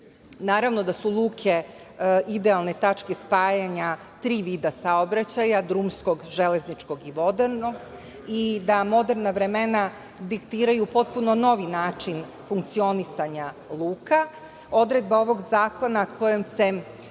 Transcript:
da su luke idealne tačke spajanja tri vida saobraćaja - drumskog, železničkog i vodenog i da moderna vremena diktiraju potpuno novi način funkcionisanja luka. Odredba ovog zakona kojom se